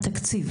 התקציב.